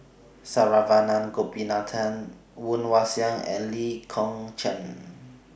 Saravanan Gopinathan Woon Wah Siang and Lee Kong Chian